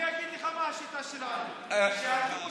אני אגיד לך מה השיטה שלנו, שהכיבוש